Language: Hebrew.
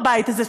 בבית הזה,